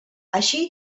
així